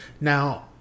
Now